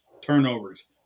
turnovers